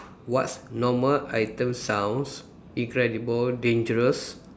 what's normal item sounds incredible dangerous